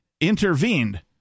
intervened